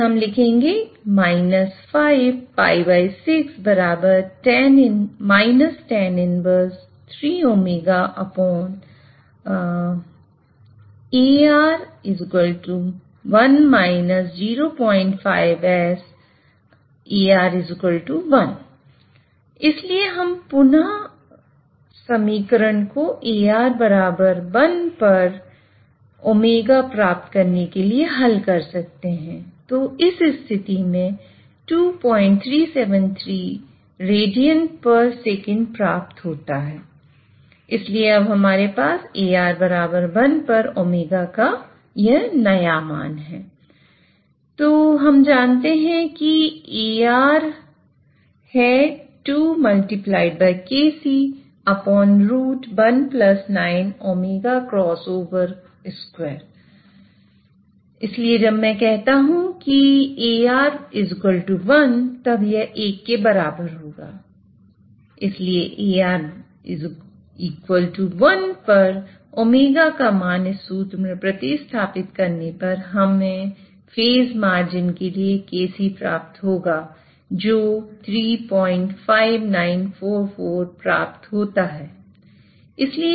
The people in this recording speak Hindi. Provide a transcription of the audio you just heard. इसलिए हम लिखेंगे की 5 π6 tan 1 के लिए kc प्राप्त होगा जो 35944 प्राप्त होता है